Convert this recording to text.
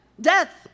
death